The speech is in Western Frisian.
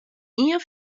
ien